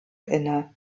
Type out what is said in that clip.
inne